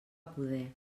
poder